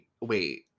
wait